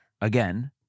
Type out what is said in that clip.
again